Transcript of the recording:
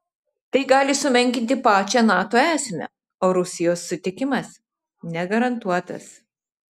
tai gali sumenkinti pačią nato esmę o rusijos sutikimas negarantuotas